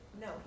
No